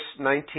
19